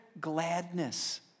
gladness